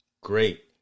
great